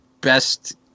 best